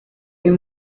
uyu